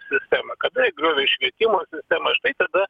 sistemą kada jie griovė ir švietimo sistemą štai tada